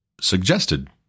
suggested